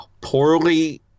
poorly